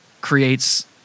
creates